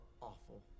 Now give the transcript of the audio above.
awful